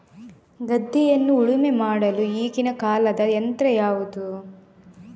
ಗದ್ದೆಯನ್ನು ಉಳುಮೆ ಮಾಡಲು ಈಗಿನ ಕಾಲದ ಯಂತ್ರ ಯಾವುದು?